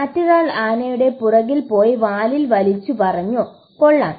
മറ്റൊരാൾ ആനയുടെ പുറകിൽ പോയി വാലിൽ വലിച്ചു പറഞ്ഞു കൊള്ളാം